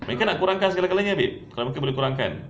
dia orang nak kurangkan segala-galanya babe